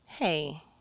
Hey